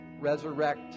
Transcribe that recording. Resurrect